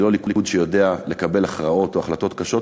היא לא הליכוד שיודע לקבל הכרעות או החלטות קשות,